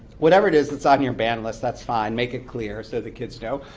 whatever it is that's on your banned list, that's fine. make it clear so the kids know.